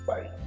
Bye